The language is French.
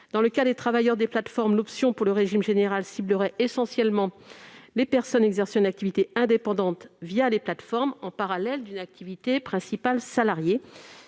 Dans le cas des travailleurs des plateformes, l'option pour le régime général ciblerait essentiellement les personnes exerçant une activité indépendante les plateformes en parallèle d'une activité principale salariée-